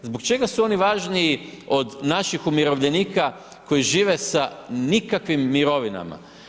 Zbog čega su oni važniji od naših umirovljenika koji žive sa nikakvim mirovinama?